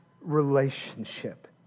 relationship